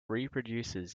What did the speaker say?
reproduces